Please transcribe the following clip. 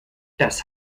das